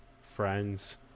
friends